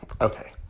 Okay